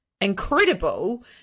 incredible